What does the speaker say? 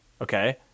Okay